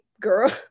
girl